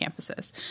campuses